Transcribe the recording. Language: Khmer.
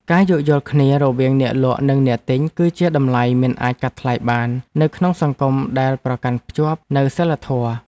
ការយោគយល់គ្នារវាងអ្នកលក់និងអ្នកទិញគឺជាតម្លៃមិនអាចកាត់ថ្លៃបាននៅក្នុងសង្គមដែលប្រកាន់ភ្ជាប់នូវសីលធម៌។